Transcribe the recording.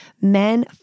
Men